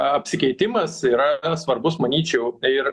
apsikeitimas yra svarbus manyčiau ir